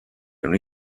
only